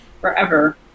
forever